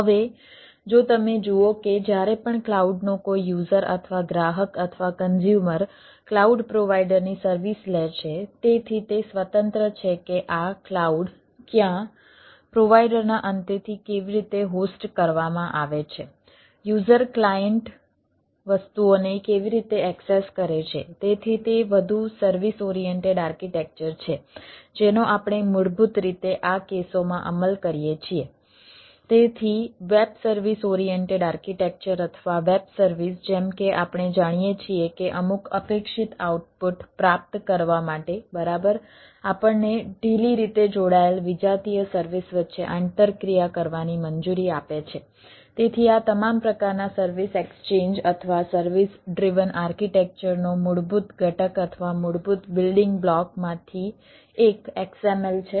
હવે જો તમે જુઓ કે જ્યારે પણ ક્લાઉડનો કોઈ યુઝર ની ચર્ચા કરીશું જે XML ની મૂળભૂત બાબતો છે